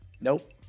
nope